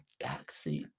Backseat